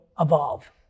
evolve